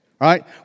right